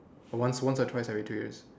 or once once or twice every two years